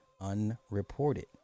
Unreported